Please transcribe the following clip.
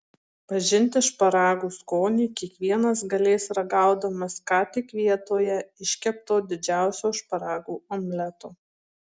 pažinti šparagų skonį kiekvienas galės ragaudamas ką tik vietoje iškepto didžiausio šparagų omleto